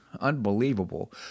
Unbelievable